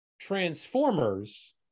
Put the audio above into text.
Transformers